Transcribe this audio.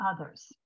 others